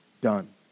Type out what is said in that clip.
done